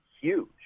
huge